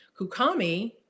Kukami